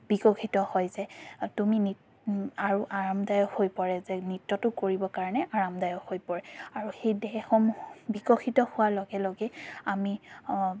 বিকশিত হৈ যায় তুমি নৃত আৰু আৰামদায়ক হৈ পৰে যে নৃত্যটো কৰিব কাৰণে আৰামদায়ক হৈ পৰে আৰু সেই সেইসমূহ বিকশিত হোৱাৰ লগে লগে আমি